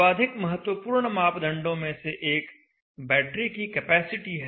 सर्वाधिक महत्वपूर्ण मापदंडों में से एक बैटरी की कैपेसिटी है